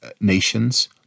nations